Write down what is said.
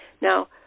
Now